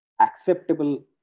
acceptable